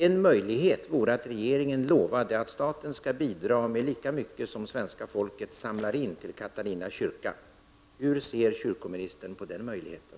En möjlighet vore att regeringen lovade att staten skall bidra med lika mycket som svenska folket samlar in till Katarina kyrka. Hur ser kyrkoministern på den möjligheten?